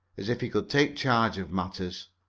as if he could take charge of matters.